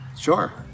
Sure